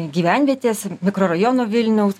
gyvenvietės mikrorajono vilniaus